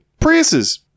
Priuses